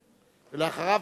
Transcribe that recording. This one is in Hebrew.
ואחריו,